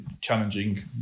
challenging